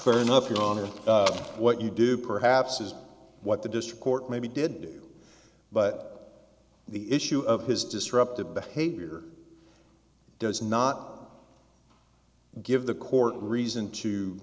fair enough your honor what you do perhaps is what the district court maybe did do but the issue of his disruptive behavior does not give the court reason to